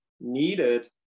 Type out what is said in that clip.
needed